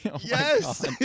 Yes